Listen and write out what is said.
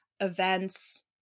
events